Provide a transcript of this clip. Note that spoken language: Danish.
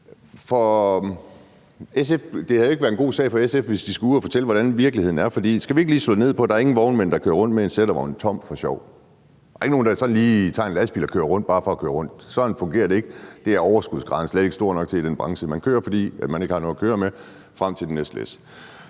Det havde jo ikke været en god sag for SF, hvis de skulle ud og fortælle, hvordan virkeligheden er. For skal vi ikke lige slå fast, at der er ingen vognmænd, der kører rundt med en tom sættevogn for sjov? Der er ikke nogen, der sådan lige tager en lastbil og kører rundt bare for at køre rundt. Sådan fungerer det ikke. Det er overskudsgraden slet ikke stor nok til i den branche. Man kører uden at have noget at køre med frem til det næste læs.